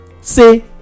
say